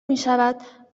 میشود